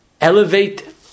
elevate